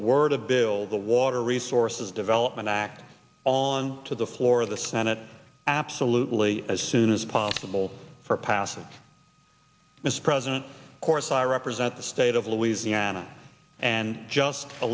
word of bill the water resources development act on to the floor of the senate absolutely as soon as possible for passage mr president of course i represent the state of louisiana and just a